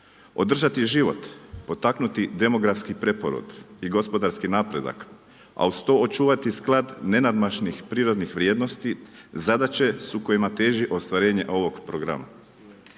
Održati život, potaknuti demografski preporod i gospodarski napredak, a uz to očuvati sklad nenadmašnih prirodnih vrijednosti zadaće su kojima teži ostvarenje ovog programa.